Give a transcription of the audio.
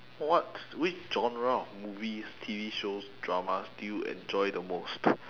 what which genre of movies T_V shows dramas do you enjoy the most